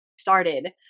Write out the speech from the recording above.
started